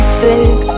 fix